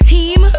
Team